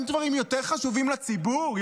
אין דברים יותר חשובים לציבור,